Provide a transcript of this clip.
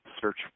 search